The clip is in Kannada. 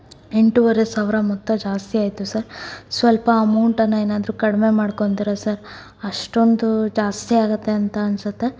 ಎಂಟುವರೆ ಸಾವಿರ ಮೊತ್ತ ಜಾಸ್ತಿ ಆಯಿತು ಸರ್ ಸ್ವಲ್ಪ ಅಮೋಂಟನ್ನು ಏನಾದರೂ ಕಡಿಮೆ ಮಾಡ್ಕೋತೀರ ಸರ್ ಅಷ್ಟೊಂದು ಜಾಸ್ತಿ ಆಗತ್ತೆ ಅಂತ ಅನ್ಸುತ್ತೆ